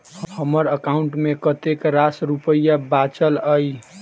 हम्मर एकाउंट मे कतेक रास रुपया बाचल अई?